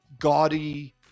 gaudy